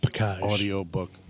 Audiobook